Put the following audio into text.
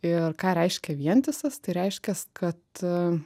ir ką reiškia vientisas tai reiškias kad